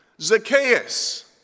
Zacchaeus